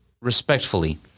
respectfully